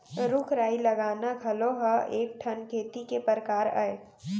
रूख राई लगाना घलौ ह एक ठन खेती के परकार अय